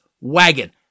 wagon